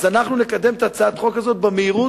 אז אנחנו נקדם את הצעת החוק הזאת במהירות,